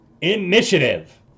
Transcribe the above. Initiative